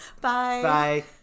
Bye